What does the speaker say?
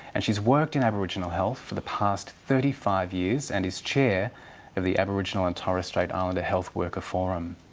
and she's worked in aboriginal health for the past thirty five years and is chair of the aboriginal and torres strait islander health worker forum.